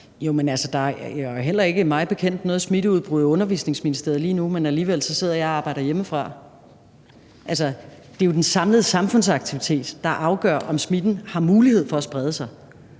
Der er mig bekendt heller ikke noget smitteudbrud i Undervisningsministeriet lige nu, men alligevel sidder jeg og arbejder hjemmefra. Det er jo den samlede samfundsaktivitet, der afgør, om smitten har mulighed for at sprede sig.